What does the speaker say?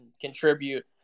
contribute